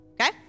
Okay